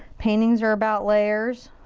paintings are about layers.